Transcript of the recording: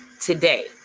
today